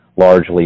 largely